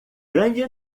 grande